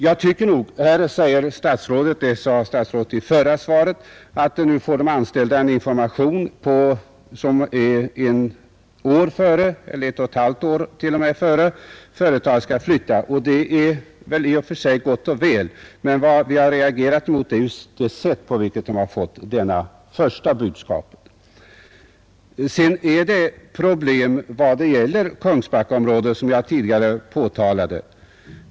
Statsrådet sade redan i sitt svar till herr Hugosson att nu får de anställda information ett eller t.o.m. ett och ett halvt år innan företaget skall flytta. Det är i och för sig gott och väl, men vad vi har reagerat mot är det sätt på vilket de i detta fall fått det första budskapet om förflyttningen. Jag framhöll i mitt förra anförande att det föreligger problem vad gäller Kungsbackaområdet.